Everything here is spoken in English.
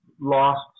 lost